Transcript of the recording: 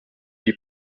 die